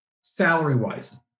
salary-wise